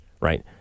right